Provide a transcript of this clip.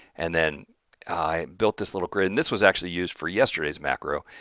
and then i built this little grid, and this was actually used for yesterday's macro,